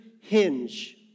hinge